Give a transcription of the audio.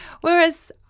whereas